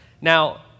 Now